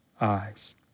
eyes